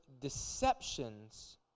deceptions